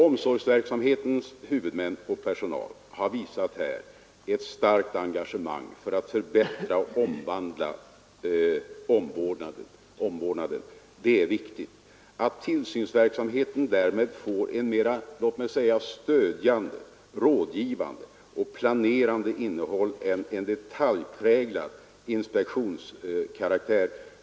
Omsorgsverksamhetens huvudmän och personal har här visat ett starkt engagemang för att förbättra och omvandla omvårdnaden. Det är viktigt. Det framstår som väl motiverat att tillsynsverksamheten därmed får ett mer, låt mig säga stödjande, rådgivande och planerande innehåll än en detaljpräglad inspektionsverksamhet.